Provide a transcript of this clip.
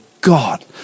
God